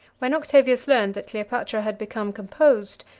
when octavius learned that cleopatra had become composed,